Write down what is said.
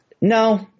no